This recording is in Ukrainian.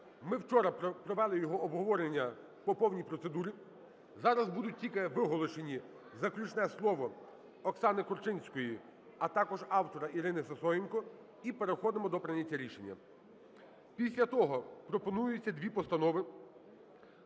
Ми вчора провели його обговорення по повній процедурі. Зараз будуть тільки виголошені заключне слово Оксани Корчинської, а також автора Ірини Сисоєнко, і переходимо до прийняття рішення. Після того пропонується дві постанови